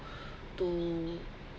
to